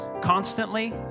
constantly